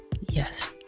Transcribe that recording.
Yes